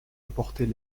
apporter